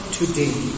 today